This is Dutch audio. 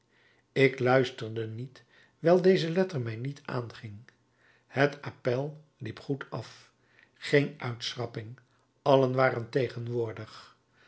ik luisterde niet wijl deze letter mij niet aanging het appèl liep goed af geen uitschrapping allen waren tegenwoordig